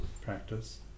practice